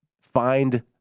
find